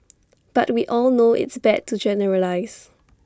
but we all know it's bad to generalise